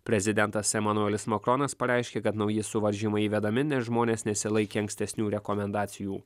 prezidentas emanuelis makronas pareiškė kad nauji suvaržymai įvedami nes žmonės nesilaikė ankstesnių rekomendacijų